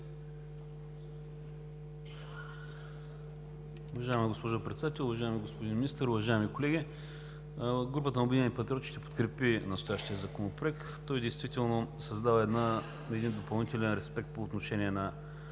Уважаема госпожо Председател, уважаеми господин Министър, уважаеми колеги! Групата на „Обединени патриоти“ ще подкрепи настоящия законопроект. Той действително създава един допълнителен респект по отношение на